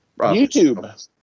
YouTube